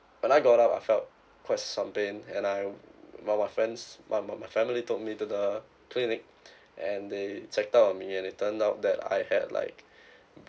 when I got out I felt quite some pain and I while my friends no while my family took me to the clinic and they checked up on me and it turned out that I had like